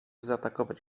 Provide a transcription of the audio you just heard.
zaatakować